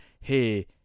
hey